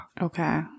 Okay